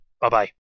Bye-bye